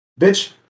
bitch